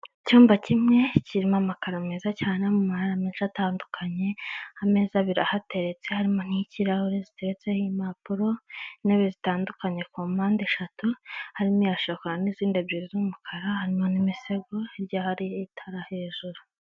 Icyumba kimwe kirimo amakaro meza cyane ari mu mabara menshi atandukanye, ameza birahateretse harimo n'iyikirahure ziteretseho impapuro, intebe zitandukanye ku mpande eshatu, harimo iya shakora n'izindi ebyiri z'umukara hanyuma n'imisego rya hari itara hejuru.